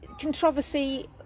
controversy